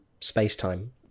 space-time